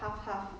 err